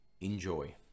Enjoy